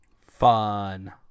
Fun